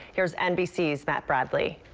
here's nbc's matt bradley.